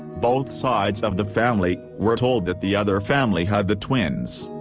both sides of the family were told that the other family had the twins.